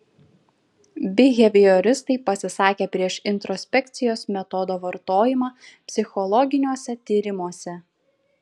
bihevioristai pasisakė prieš introspekcijos metodo vartojimą psichologiniuose tyrimuose